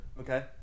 Okay